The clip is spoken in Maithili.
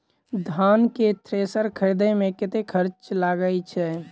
धान केँ थ्रेसर खरीदे मे कतेक खर्च लगय छैय?